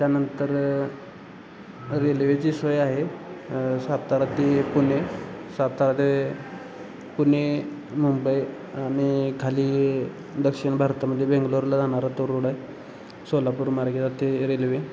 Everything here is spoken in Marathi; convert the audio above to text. त्यानंतर रेल्वेची सोय आहे सातारा ते पुणे सातारा ते पुणे मुंबई आणि खाली दक्षिण भारतामध्ये बेंगलोरला जाणारा तो रोड आहे सोलापूर मार्गे जाते रेल्वे